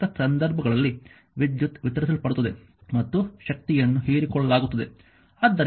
ಆದ್ದರಿಂದ ಅನೇಕ ಸಂದರ್ಭಗಳಲ್ಲಿ ವಿದ್ಯುತ್ ವಿತರಿಸಲ್ಪಡುತ್ತದೆ ಮತ್ತು ಶಕ್ತಿಯನ್ನು ಹೀರಿಕೊಳ್ಳಲಾಗುತ್ತದೆ